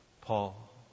Paul